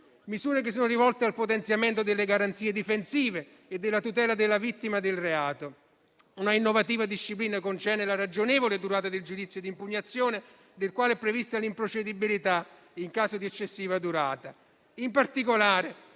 misure che sono rivolte al potenziamento delle garanzie difensive e della tutela della vittima del reato. Una innovativa disciplina concerne la ragionevole durata del giudizio di impugnazione del quale è prevista l'improcedibilità in caso di eccessiva durata. In particolare,